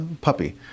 puppy